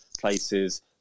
places